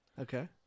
Okay